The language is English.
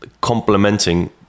complementing